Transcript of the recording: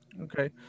Okay